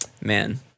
man